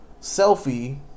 selfie